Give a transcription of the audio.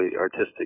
artistic